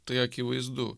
tai akivaizdu